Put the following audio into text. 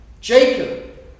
Jacob